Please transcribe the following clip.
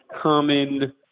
common